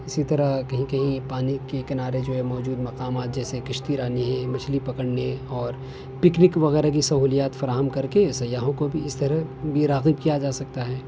اسی طرح کہیں کہیں پانی کے کنارے جو ہے موجود مقامات جیسے کشتی رانی ہے مچھلی پکڑنے اور پکنک وغیرہ کی سہولیات فراہم کر کے سیاحوں کو بھی اس طرح یہ راغب کیا جا سکتا ہے